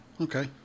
okay